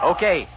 Okay